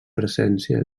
presència